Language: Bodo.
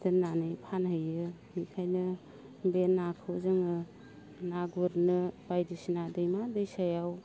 दोननानै फानहैयो बेखायनो बे नाखौ जोङो ना गुरनो बायदिसिना दैमा दैसायाव